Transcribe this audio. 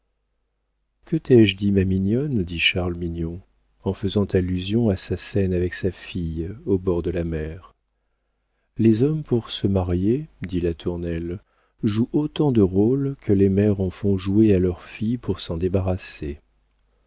que t'ai-je dit ma mignonne dit charles mignon en faisant allusion à sa scène avec sa fille au bord de la mer les hommes pour se marier dit latournelle jouent autant de rôles que les mères en font jouer à leurs filles pour s'en débarrasser